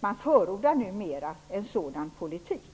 Man förordar numera en sådan politik.